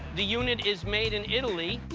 the unit is made in italy.